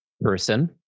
person